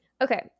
okay